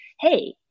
Hey